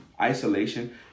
isolation